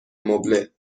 مبله